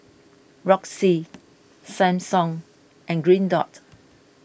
Roxy Samsung and Green Dot